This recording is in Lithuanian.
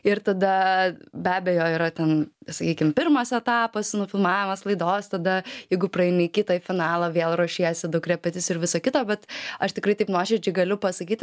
ir tada be abejo yra ten sakykim pirmas etapas nufilmavimas laidos tada jeigu praeini į kitą į finalą vėl ruošiesi daug repeticijų ir viso kito bet aš tikrai taip nuoširdžiai galiu pasakyti